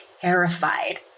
terrified